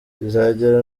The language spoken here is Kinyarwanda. bizagera